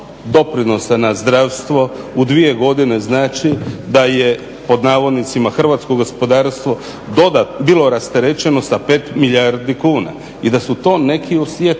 doprinosa na zdravstvo u dvije godine znači da je pod navodnicima hrvatsko gospodarstvo bilo rasterećeno sa 5 milijardi kuna i da su to neki osjetili.